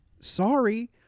sorry